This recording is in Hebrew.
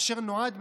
אשר נועד,